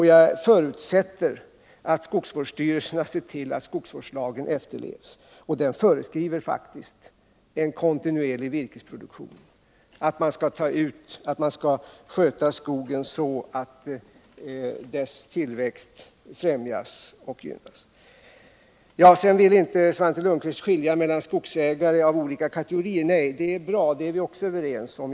Jag förutsätter att skogsvårdsstyrelserna ser till att skogsvårdslagen efterlevs. Den föreskriver faktiskt en kontinuerlig virkesproduktion och att skogen skall skötas så att dess tillväxt främjas. Svante Lundkvist vill inte skilja mellan skogsägare av olika kategorier. Det är bra. Det är vi också överens om.